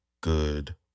good